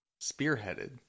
spearheaded